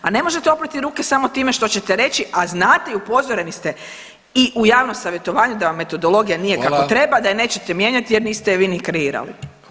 A ne možete oprati ruke samo time što ćete reći, a znate i upozoreni ste i u javnom savjetovanju da vam metodologija nije kako treba [[Upadica Vidović: Hvala.]] da je nećete mijenjat jer niste je vi ni kreirali.